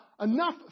enough